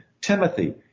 Timothy